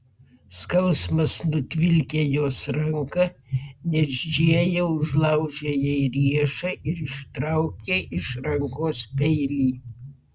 skausmas nutvilkė jos ranką nes džėja užlaužė jai riešą ir ištraukė iš rankos peilį